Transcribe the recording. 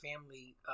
family